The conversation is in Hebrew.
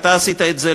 אתה עשית את זה,